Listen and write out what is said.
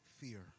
fear